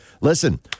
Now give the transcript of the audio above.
Listen